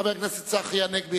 חבר הכנסת צחי הנגבי,